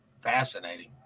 fascinating